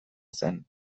zen